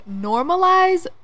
normalize